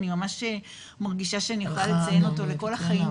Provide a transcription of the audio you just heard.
אני ממש מרגישה שאני אוכל לציין אותו לכל החיים,